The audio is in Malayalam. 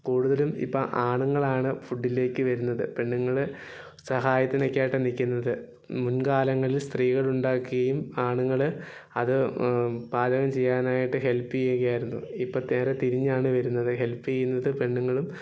കുടുതലും ഇപ്പോൾ ആണുങ്ങളാണ് ഫുഡിലേക്ക് വരുന്നത് പെണ്ണുങ്ങൾ സഹായത്തിനൊക്കെയായിട്ട് നിൽക്കുന്നത് മുൻകാലങ്ങളിൽ സ്ത്രീകൾ ഉണ്ടാക്കുകയും ആണുങ്ങൾ അത് പാചകം ചെയ്യാനായിട്ട് ഹെൽപ് ചെയ്യുകയായിരുന്നു ഇപ്പോൾ നേരെ തിരിഞ്ഞാണ് വരുന്നത് ഹെൽപ് ചെയ്യുന്നത് പെണ്ണുങ്ങളും